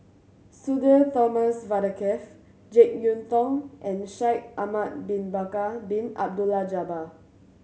Sudhir Thomas Vadaketh Jek Yeun Thong and Shaikh Ahmad Bin Bakar Bin Abdullah Jabbar